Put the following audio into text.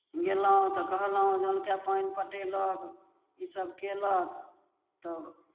गयलहुँ तऽ कहलहुँ जनकेँ पानि पटयलक इसभ कयलक तब